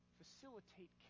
facilitate